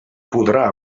podrà